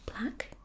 black